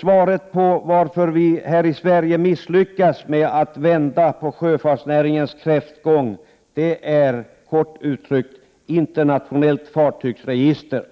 Frågar någon varför vi i Sverige har misslyckats med att vända på sjöfartsnäringens kräftgång kan man helt kort svara: internationellt fartygsregister.